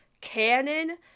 canon